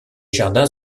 jardins